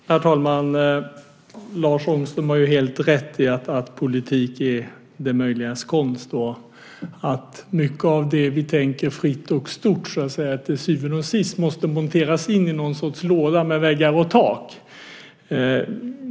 Herr talman! Lars Ångström har helt rätt i att politik är det möjligas konst och att mycket av det som vi tänker fritt och stort till syvende och sist måste monteras in i någon sorts låda med väggar och tak.